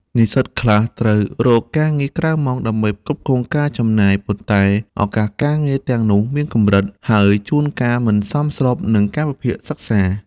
និស្សិតខ្លះត្រូវរកការងារក្រៅម៉ោងដើម្បីផ្គត់ផ្គង់ការចំណាយ ប៉ុន្តែឱកាសការងារទាំងនោះមានកម្រិត ហើយជួនកាលមិនសមស្របនឹងកាលវិភាគសិក្សា។